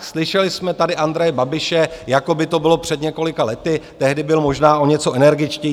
Slyšeli jsme tady Andreje Babiše, jako by to bylo před několika lety, tehdy byl možná o něco energičtější.